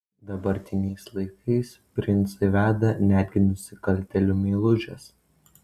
dabartiniais laikais princai veda netgi nusikaltėlių meilužes